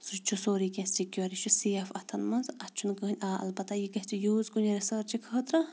سُہ تہِ چھُ سورُے کینٛہہ سِکیوٗر یہِ چھُ سیف اَتھَن منٛز اَتھ چھُنہٕ کٕہٕنۍ آ البتہ یہِ گژھِ یوٗز کُنہِ رِسٕرچہِ خٲطرٕ